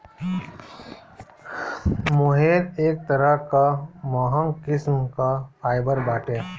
मोहेर एक तरह कअ महंग किस्म कअ फाइबर बाटे